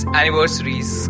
anniversaries